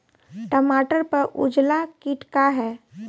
टमाटर पर उजला किट का है?